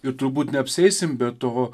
ir turbūt neapsieisim be to